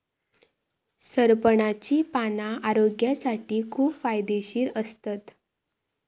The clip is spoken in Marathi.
सरपणाची पाना आरोग्यासाठी खूप फायदेशीर असतत